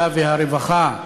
הרווחה